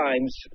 times